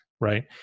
right